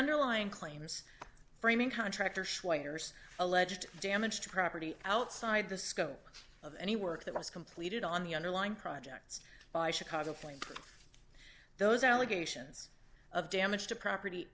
underlying claims framing contractor schweitzer's alleged damage to property outside the scope of any work that was completed on the underlying projects by chicago fire those allegations of damage to property